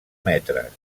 metres